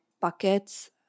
buckets